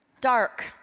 Dark